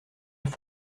sont